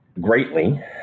greatly